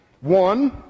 One